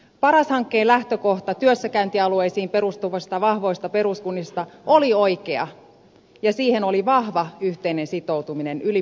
paras hankkeen lähtökohta työssäkäyntialueisiin perustuvista vahvoista peruskunnista oli oikea ja siihen oli vahva yhteinen sitoutuminen yli puoluerajojen